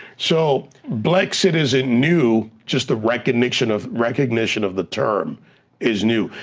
so blexit isn't new, just the recognition of recognition of the term is new.